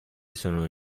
sono